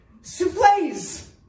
souffles